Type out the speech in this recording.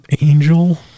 angel